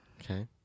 Okay